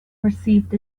received